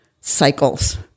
cycles